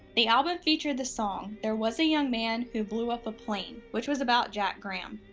the album featured the song there was a young man who blew up a plane, which was about jack graham.